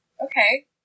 Okay